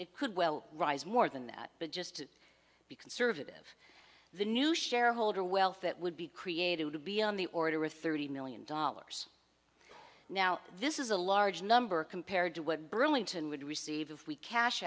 it could well rise more than that but just to be conservative the new shareholder wealth that would be created to be on the order of thirty million dollars now this is a large number compared to what burlington would receive if we cash